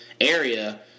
area